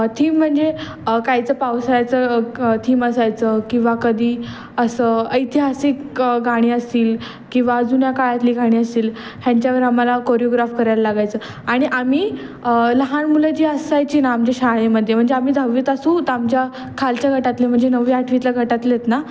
theme म्हणजे काहीचं पावसाळ्याचं क थीम असायचं किंवा कधी असं ऐतिहासिक गाणी असतील किंवा जुन्या काळातली गाणी असतील ह्यांच्यावर आम्हाला कोरिओग्राफ करायला लागायचं आणि आम्ही लहान मुलं जी असायची ना आमच्या शाळेमध्ये म्हणजे आम्ही दहावीत असू त आमच्या खालच्या गटातले म्हणजे नववी आठवीतल्या गटातलेत ना